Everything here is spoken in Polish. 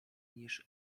niż